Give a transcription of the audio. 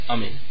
Amen